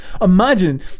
Imagine